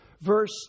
verse